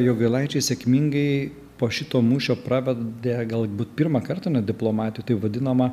jogailaičiai sėkmingai po šito mūšio pravedė galbūt pirmą kartą net diplomatų taip vadinamą